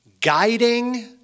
guiding